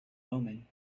omen